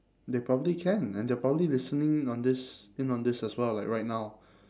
they probably can and they're probably listening in on this in on this as well like right now